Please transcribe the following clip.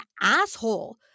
asshole